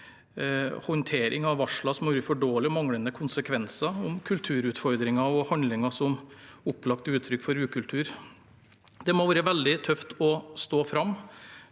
håndtering av varsler og manglende konsekvenser, om kulturutfordringer og handlinger som opplagt er uttrykk for ukultur. Det må ha vært veldig tøft å stå fram.